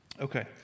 Okay